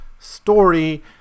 Story